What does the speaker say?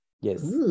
Yes